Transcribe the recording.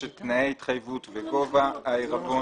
יש את תנאי ההתחייבות וגובה העירבון.